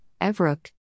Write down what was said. Evrook